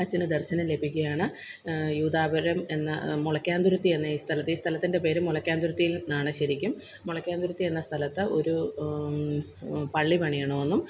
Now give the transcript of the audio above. അച്ചനു ദര്ശനം ലഭിക്കുകയാണ് യൂദാപുരം എന്ന മുളക്കാന്തുരുത്തി എന്ന ഈ സ്ഥലത്ത് ഈ സ്ഥലത്തിന്റെ പേര് മുളക്കാന്തുരുത്തി എന്നാണ് ശരിക്കും മുളക്കാന്തുരുത്തി എന്ന സ്ഥലത്ത് ഒരു പള്ളി പണിയണമെന്നും